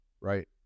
right